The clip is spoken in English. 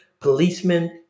policemen